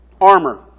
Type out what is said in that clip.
armor